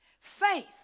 Faith